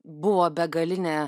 buvo begalinė